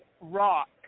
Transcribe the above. rock